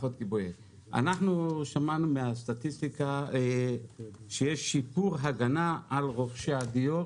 שמענו מהסטטיסטיקה שיש שיפור הגנה על רוכשי הדיור,